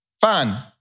fine